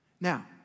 Now